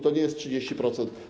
To nie jest 30%.